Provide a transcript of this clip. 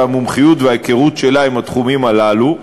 המומחיות וההיכרות שלה עם התחומים הללו.